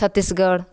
Chhattisgarh